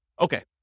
Okay